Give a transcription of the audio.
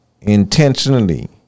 intentionally